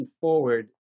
forward